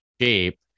shape